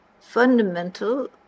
fundamental